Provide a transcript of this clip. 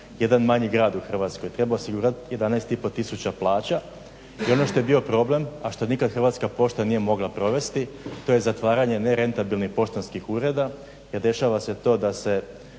jedan manji grad u Hrvatskoj. Treba osigurati 11,5 tisuća plaća i ono što je problem a što nikad Hrvatska pošta nije mogla provesti to je zatvaranje nerentabilnih poštanskih ureda jer dešava se to da se